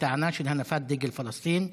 בטענה של הנפת דגל פלסטין,